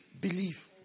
Believe